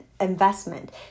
investment